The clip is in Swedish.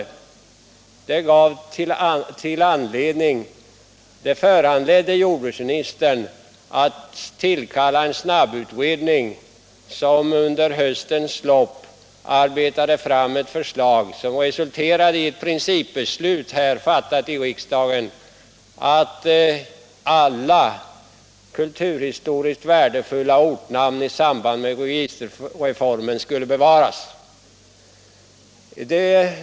Det föranledde jordbruksministern att tillkalla en snabbutredning, vilken under höstens lopp arbetade fram ett förslag som resulterade i ett principbeslut i riksdagen att alla kulturhistoriskt värdefulla ortnamn i samband med registerreformen skulle bevaras.